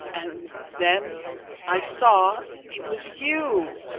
and then i saw it was you!